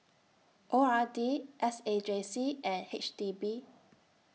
O R D S A J C and H D B